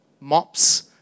mops